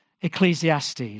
Ecclesiastes